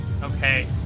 Okay